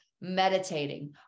meditating